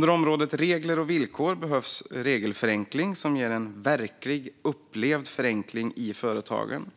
På området regler och villkor behövs regelförenkling som ger en verklig och upplevd förenkling i företagen.